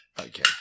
Okay